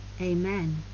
Amen